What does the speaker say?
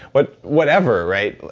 but whatever, right?